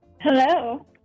Hello